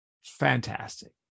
fantastic